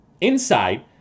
inside